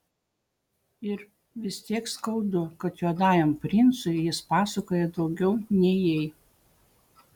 ir vis tiek skaudu kad juodajam princui jis pasakoja daugiau nei jai